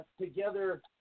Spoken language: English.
together